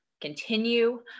continue